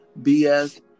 BS